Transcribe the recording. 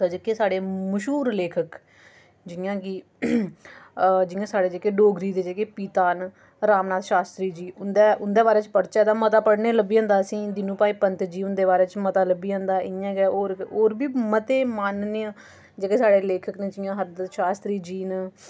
तां जेह्के साढ़े मश्हूर लेखक जि'यां कि जि'यां साढ़े जेह्के डोगरी दे जेह्के पिता न रामनाथ शास्त्री जी तां उं'दे उं'दे बारे च पढ़चै तां मता पढ़नें ई लब्भी जंदा असें ई दीनू भाई पंत जी हुंदे बारे च मता लब्भी जंदा इ'यां गै होर बी मते माननीय जेह्के साढ़े लेखक न जि'यां हरदयाल शास्त्री जी न